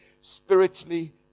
spiritually